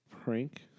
prank